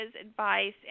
advice